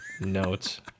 Notes